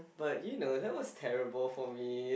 but you know that was terrible for me